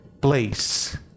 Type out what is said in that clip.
place